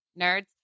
nerds